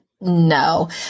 No